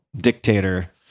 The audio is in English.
dictator